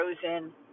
frozen